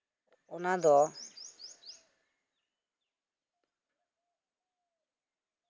ᱚᱱᱟᱫᱚ